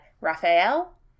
Raphael